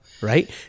Right